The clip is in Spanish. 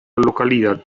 localidad